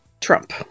Trump